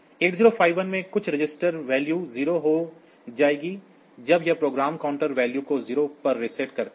8051 में कुछ register value 0 हो जाएगी जब हम प्रोग्राम काउंटर वैल्यू को 0 पर रीसेट करते हैं